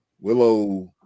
Willow